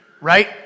right